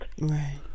right